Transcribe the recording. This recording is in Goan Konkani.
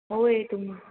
होय तुम